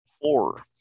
Four